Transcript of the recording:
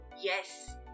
Yes